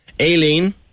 Aileen